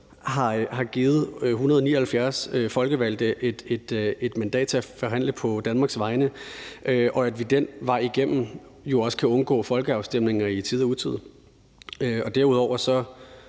har givet 179 folkevalgte et mandat til at forhandle på Danmarks vegne, og at vi den vej igennem også kan undgå folkeafstemninger i tide og utide. Derudover